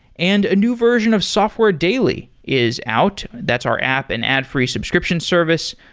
and a new version of software daily is out. that's our app and ad-free subscription service.